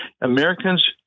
Americans